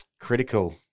critical